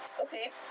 Okay